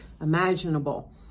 imaginable